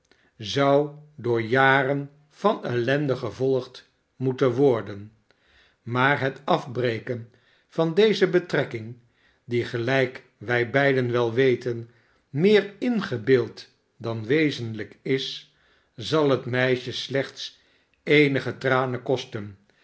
zou door jaren van ellende gevolgd moeten worden maar het af breken van deze be trekking die gelijk wij beiden wel weten meer ingebeeld dan wezenlijk is zal het meisje slechts eenige tranen kosten